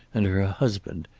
and her husband,